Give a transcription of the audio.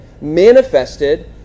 manifested